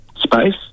space